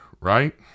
right